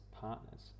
partners